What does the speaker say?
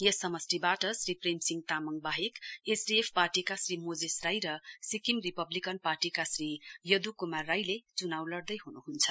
यस समष्टिवाट श्री प्रेमसिंह तामाङ वाहेक एसडिएफ पार्टीका श्री मोजेस राई र सिक्किम रिपब्लिकन पार्टीका श्री यद् कुमार राईले चुनाउ लड्दै हुनुहुन्छ